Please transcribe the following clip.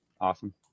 awesome